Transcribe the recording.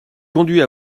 conduit